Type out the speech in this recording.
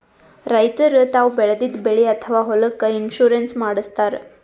ರೈತರ್ ತಾವ್ ಬೆಳೆದಿದ್ದ ಬೆಳಿ ಅಥವಾ ಹೊಲಕ್ಕ್ ಇನ್ಶೂರೆನ್ಸ್ ಮಾಡಸ್ತಾರ್